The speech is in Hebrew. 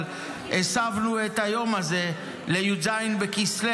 אבל הסבנו את היום הזה לי"ז בכסלו,